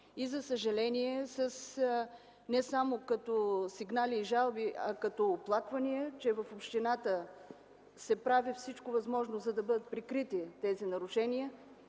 и за съжаление не само като сигнали и жалби, а като оплаквания, че в общината се прави всичко възможно, за да бъдат прикрити тези нарушения.